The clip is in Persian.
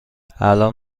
الان